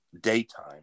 daytime